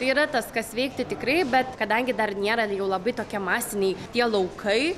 tai yra tas kas veikti tikrai bet kadangi dar nėra jau labai tokie masiniai tie laukai